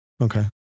Okay